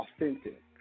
authentic